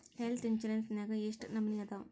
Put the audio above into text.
Health insurance ನ್ಯಾಗ್ ಯೆಷ್ಟ್ ನಮನಿ ಅದಾವು?